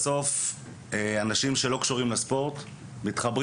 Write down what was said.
בסוף אנשים שלא קשורים לספורט מתחברים